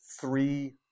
three